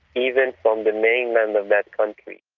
even from the mainland of that country.